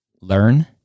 learn